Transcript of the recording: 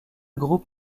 groupe